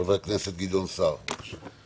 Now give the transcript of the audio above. חבר הכנסת גדעון סער, בבקשה.